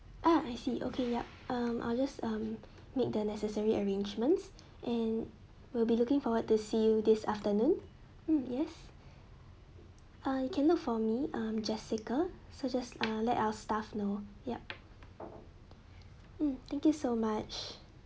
ah I see okay yup um I'll just um make the necessary arrangements and we'll be looking forward to see you this afternoon hmm yes uh can look for me um jessica so just uh let our staff know yup hmm thank you so much